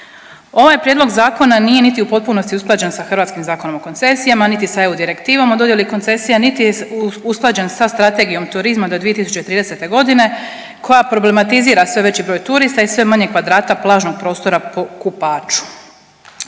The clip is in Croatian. Ovaj prijedlog zakona nije niti u potpunosti usklađen sa hrvatskim Zakonom o koncesijama niti sa EU direktivom o dodjeli koncesija niti je usklađen sa Strategijom turizma do 2030. g. koja problematizira sve veći broj turista i sve manje kvadrata plažnog prostora po kupaču.